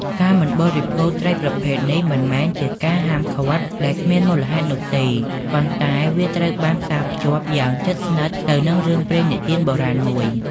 ការមិនបរិភោគត្រីប្រភេទនេះមិនមែនជាការហាមឃាត់ដែលគ្មានមូលហេតុនោះទេ ប៉ុន្តែវាត្រូវបានផ្សារភ្ជាប់យ៉ាងជិតស្និទ្ធទៅនឹងរឿងព្រេងនិទានបុរាណមួយ។